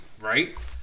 right